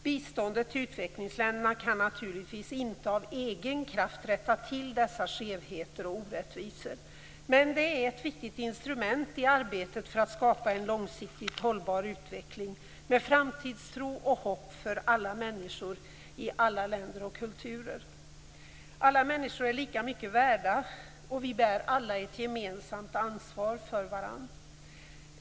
Biståndet till utvecklingsländerna kan naturligtvis inte av egen kraft rätta till dessa skevheter och orättvisor, men det är ett viktigt instrument i arbetet för att skapa en långsiktigt hållbar utveckling med framtidstro och hopp för alla människor i alla länder och kulturer. Alla människor är lika mycket värda, och vi bär alla ett gemensamt ansvar för varandra.